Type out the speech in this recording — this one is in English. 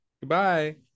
goodbye